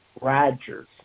Rogers